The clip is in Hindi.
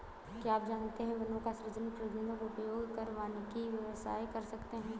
क्या आप जानते है वनों का सृजन, प्रबन्धन, उपयोग कर वानिकी व्यवसाय कर सकते है?